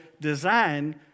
design